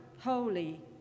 holy